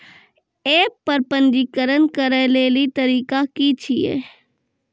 App पर पंजीकरण करै लेली तरीका की छियै?